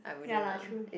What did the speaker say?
ya lah true